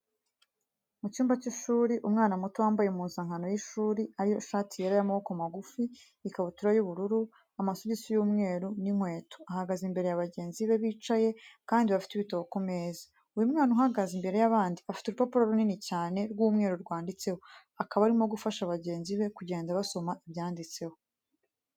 Mu cyumba cy'ishuri, umwana muto wambaye impuzankano y'ishuri ari yo ishati yera y'amaboko magufi, ikabutura y'ubururu, amasogisi y'umweru n'inkweto, ahagaze imbere ya bagenzi be bicaye kandi bafite ibitabo ku meza, uyu mwana uhagaze imbere y'abandi afite urupapuro runini cyane rw'umweru rwanditseho, akaba arimo gufasha bagenzi kugenda basoma ibyanditseho.